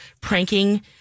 pranking